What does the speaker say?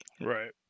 Right